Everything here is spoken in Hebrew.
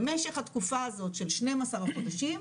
במשך התקופה הזאת של 12 החודשים,